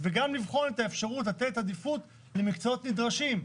וגם לתת עדיפות למקצועות נדרשים,